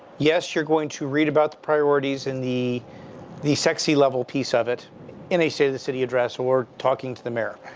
yes, you're going to read about the priorities in the the sexy level piece of it in a state of city address or talking to the mayor.